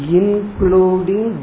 including